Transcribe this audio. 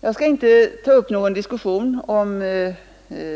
Jag skall inte ta upp någon diskussion om